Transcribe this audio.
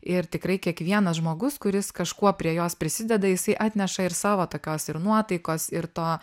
ir tikrai kiekvienas žmogus kuris kažkuo prie jos prisideda jisai atneša ir savo tokios ir nuotaikos ir to